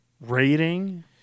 rating